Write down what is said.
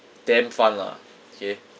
damn fun lah okay